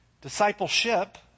Discipleship